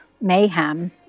mayhem